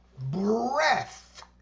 breath